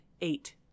eight